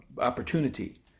opportunity